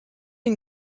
une